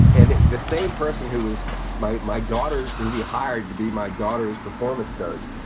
and the same person who is my my daughter's, who we hired to be my daughter's performance coach,